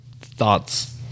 thoughts